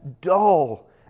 dull